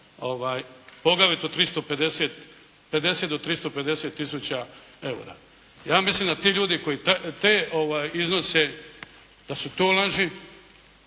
poglavito 350, 50 do 350 tisuća eura. Ja mislim da ti ljudi koji te iznose, da su to laži,